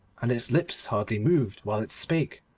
and its lips hardly moved while it spake.